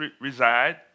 reside